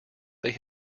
they